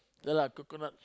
just like coconuts